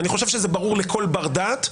אני חושב שזה ברור לכל בר דעת,